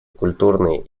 культурные